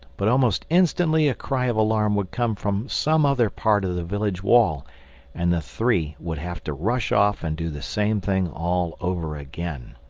but almost instantly a cry of alarm would come from some other part of the village-wall and the three would have to rush off and do the same thing all over again.